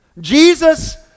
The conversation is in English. Jesus